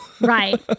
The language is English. Right